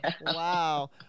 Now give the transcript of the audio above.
wow